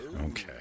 Okay